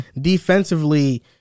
Defensively